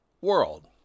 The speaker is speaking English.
world